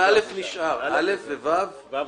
ו-(ו) נשארים.